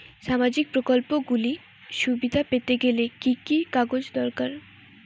সামাজীক প্রকল্পগুলি সুবিধা পেতে গেলে কি কি কাগজ দরকার?